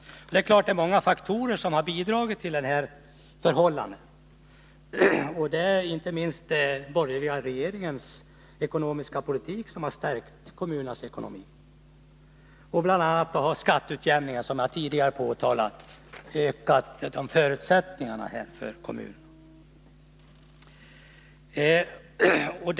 Det är klart att många faktorer har bidragit till detta förhållande. Det är inte minst den borgerliga regeringens ekonomiska politik som har stärkt kommunernas ekonomi. BI. a. har skatteutjämningen, som jag tidigare påpekade, ökat förutsättningarna för kommunerna.